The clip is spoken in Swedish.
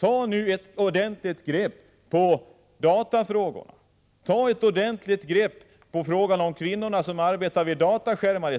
Ta nu ett ordentligt grepp när det gäller datafrågorna, ta ett ordentligt grepp när det gäller frågan om kvinnorna som arbetar vid dataskärmar!